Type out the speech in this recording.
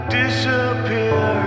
disappear